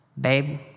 babe